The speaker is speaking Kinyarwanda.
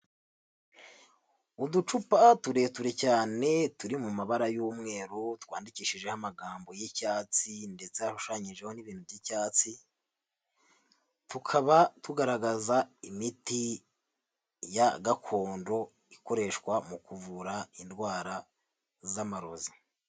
Uducupa turerure cyane turi mu mabara y'umweru twandikishijeho amagambo y'icyatsi ndetse hashushanyijeho n'ibintu by'icyatsi, tukaba tugaragaza imiti ya gakondo ikoreshwa mu kuvura indwara z'amarozi.